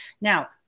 Now